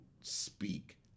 speak